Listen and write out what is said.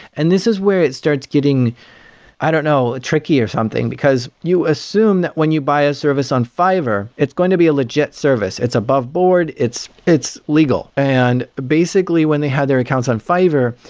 and this is where it starts getting i don't know, tricky or something, because you assume that when you buy a service on fiverr, it's going to be a legit service. it's aboveboard. it's it's legal, and basically when they had their accounts on fiverr,